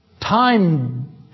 Time